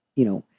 you know,